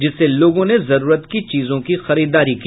जिससे लोगों ने जरूरत की चीजों की खरीददारी की